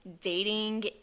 dating